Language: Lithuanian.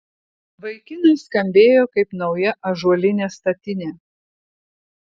vaikinas skambėjo kaip nauja ąžuolinė statinė